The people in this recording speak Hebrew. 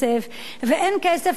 ואין כסף לתקנים,